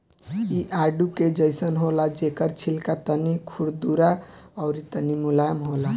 इ आडू के जइसन होला जेकर छिलका तनी खुरदुरा अउरी तनी मुलायम होला